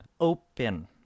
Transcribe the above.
open